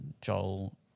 Joel